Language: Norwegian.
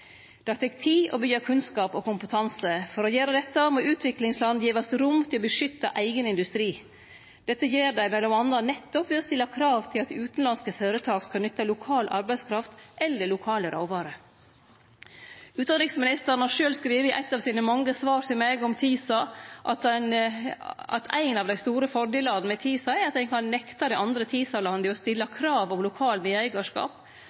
same. Det tek tid å byggje kunnskap og kompetanse. For å gjere dette må utviklingsland verte gitt rom til å beskytte eigen industri. Dette gjer dei m.a. nettopp ved å stille krav til at utanlandske føretak skal nytte lokal arbeidskraft eller lokale råvarer. Utanriksministeren har sjølv skrive i eit av sine mange svar til meg om TISA at ein av dei store fordelane med TISA er at ein kan nekte dei andre TISA-landa å stille krav om lokal medeigarskap,